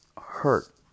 hurt